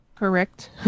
Correct